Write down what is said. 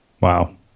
Wow